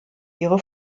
ihre